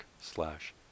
slash